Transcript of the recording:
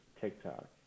TikTok